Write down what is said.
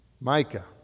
Micah